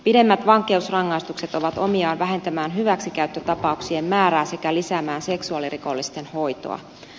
pidemmät vankeusrangaistukset ovat omiaan vähentämään hyväksikäyttötapauksien määrää sekä lisäämään seksuaalirikollisten hoitoa